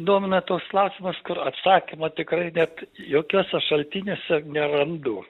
domina toks klausimas kur atsakymo tikrai net jokiuose šaltiniuose nerandu